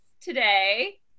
today